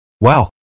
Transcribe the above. Wow